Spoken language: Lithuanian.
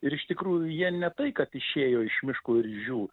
ir iš tikrųjų jie ne tai kad išėjo iš miško ir žiū